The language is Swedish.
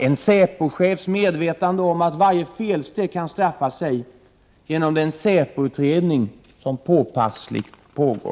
En säpochefs medvetande om att varje felsteg kan straffa sig genom den säpoutredning som påpassligt pågår.